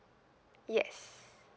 yes